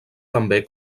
també